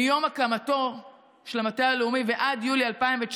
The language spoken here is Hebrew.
מיום הקמתו של המטה הלאומי ועד יולי 2019